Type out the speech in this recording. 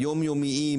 היום יומיים,